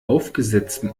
aufgesetzten